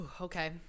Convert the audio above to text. Okay